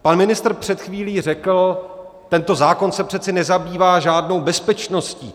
Pan ministr před chvílí řekl: tento zákon se přece nezabývá žádnou bezpečností.